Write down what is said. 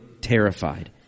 terrified